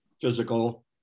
physical